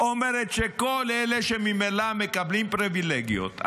היא אומרת שכל אלה שממילא מקבלים פריבילגיות,